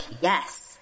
yes